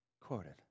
quoted